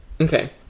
Okay